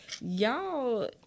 y'all